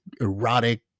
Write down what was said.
erotic